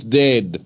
dead